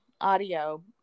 audio